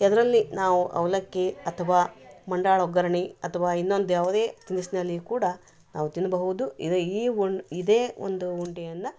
ಅದರಲ್ಲಿ ನಾವು ಅವಲಕ್ಕಿ ಅಥವಾ ಮಂಡಾಳ ಒಗ್ಗರಣೆ ಅಥವಾ ಇನ್ನೊಂದು ಯಾವುದೇ ತಿನಿಸ್ನಲ್ಲಿ ಕೂಡ ನಾವು ತಿನ್ಬಹುದು ಇದೆ ಈ ಉ ಇದೇ ಒಂದು ಉಂಡೆಯನ್ನ